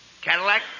Cadillac